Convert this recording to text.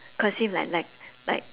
cursive like like like